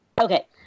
Okay